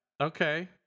Okay